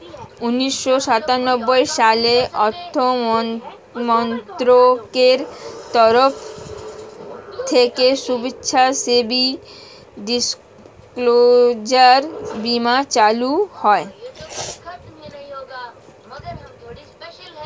উন্নিশো সাতানব্বই সালে অর্থমন্ত্রকের তরফ থেকে স্বেচ্ছাসেবী ডিসক্লোজার বীমা চালু হয়